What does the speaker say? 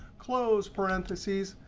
close parenthesis,